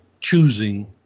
choosing